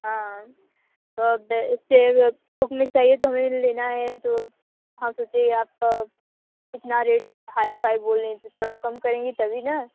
हाँ तो अब इसके थोक में चाहिए तो हमें लेना है तो हम सोचे आपका इतना रेट हाई फ़ाई बोलें तो थोड़ा कम करेंगी तभी ना